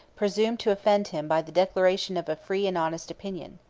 presumed to offend him by the declaration of a free and honest opinion.